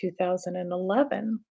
2011